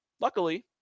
luckily